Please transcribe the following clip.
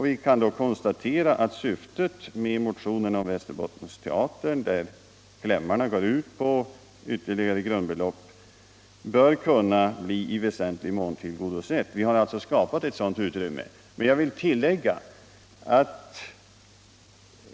Vi har då konstaterat att syftet med motionerna om Västerbottensteatern - i motionernas klämmar yrkas på ytterligare grundbelopp — därmed i väsentlig mån bör kunna tillgodoses. Vi har alltså skapat utrymme för det. Jag vill tillägga att dessa 300 000 kr.